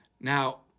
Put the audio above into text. Now